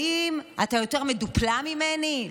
האם אתה יותר מדופלם ממני?